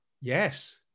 Yes